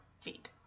feet